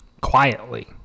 quietly